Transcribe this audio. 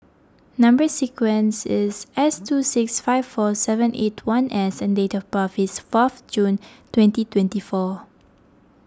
Number Sequence is S two six five four seven eight one S and date of birth is fourth June twenty twenty four